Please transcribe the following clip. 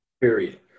Period